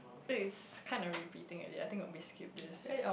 eh it's kind of repeating already I think what we skip this